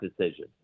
decision